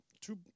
two